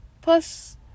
Plus